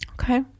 okay